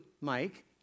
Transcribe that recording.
Mike